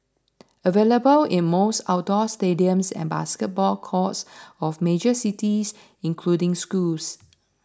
available in most outdoor stadiums and basketball courts of major cities including schools